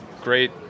great